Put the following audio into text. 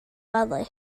wely